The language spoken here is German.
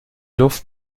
luft